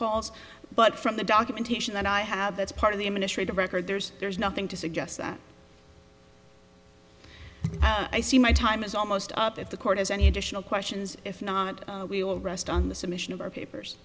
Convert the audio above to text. calls but from the documentation that i have that's part of the administrative record there's there's nothing to suggest that i see my time is almost up if the court has any additional questions if not we will rest on the submission of our papers